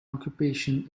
occupation